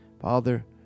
Father